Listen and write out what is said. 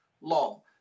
law